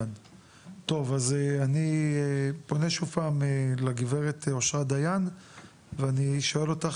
אז אני פונה שוב פעם לגברת אושרת דיין ואני שואל אותך,